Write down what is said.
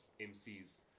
MCs